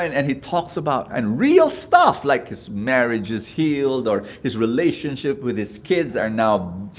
and and he talks about and real stuff like his marriage is healed, or his relationship with his kids are now.